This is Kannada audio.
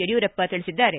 ಯಡಿಯೂರಪ್ಪ ತಿಳಿಸಿದ್ದಾರೆ